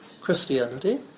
Christianity